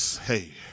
Hey